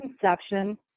conception